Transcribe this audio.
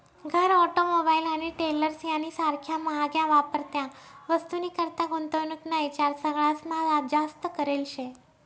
घर, ऑटोमोबाईल आणि ट्रेलर्स यानी सारख्या म्हाग्या वापरत्या वस्तूनीकरता गुंतवणूक ना ईचार सगळास्मा जास्त करेल शे